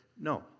No